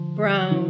brown